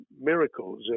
miracles